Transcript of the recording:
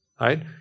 right